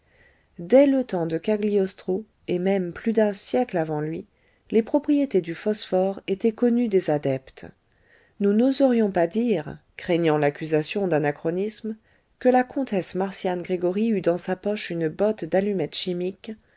dès le temps de cagliostro et même plus d'un siècle avant lui les propriétés du phosphore étaient connues des adeptes nous n'oserions pas dire craignant l'accusation d'anachronisme que la comtesse marcian gregoryi eût dans sa poche une botte d'allumettes chimiques